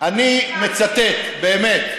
אני מצטט, באמת: